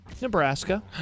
Nebraska